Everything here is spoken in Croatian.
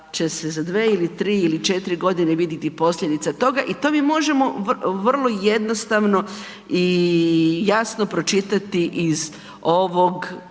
će se za dvije, tri ili četiri godine vidjeti posljedica toga i to mi možemo vrlo jednostavno i jasno pročitati iz